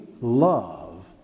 love